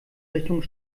richtung